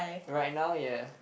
right now ya